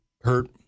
hurt